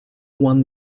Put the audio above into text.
won